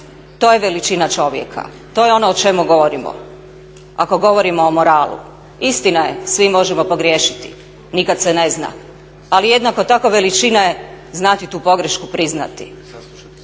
To je veličina čovjeka, to je ono o čemu govorimo ako govorimo o moralu. Istina je svi možemo pogriješiti, nikada se ne zna, ali jednako tako veličina je znati tu pogrešku priznati,